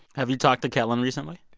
have you talked to kellan recently?